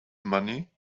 money